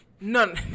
None